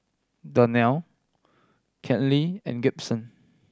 Donnell Karley and Gibson